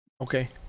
okay